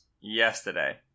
yesterday